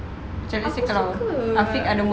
aku suka